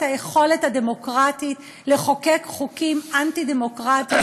היכולת הדמוקרטית לחוקק חוקים אנטי-דמוקרטיים.